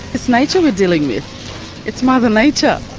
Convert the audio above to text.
it's nature we're dealing with it's mother nature.